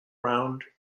round